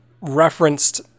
referenced